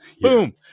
Boom